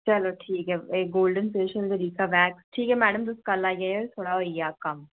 चलो ठीक ऐ गोल्डन फेशियल ते रीका वैक्स ठीक ऐ मैडम तुस कल आई जाओ थोआड़ा होई जाग कम्म